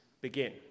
begin